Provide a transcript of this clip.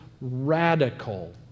radical